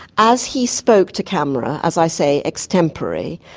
as he spoke to camera, as i say, extempore,